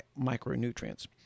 micronutrients